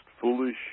foolish